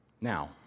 Now